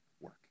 work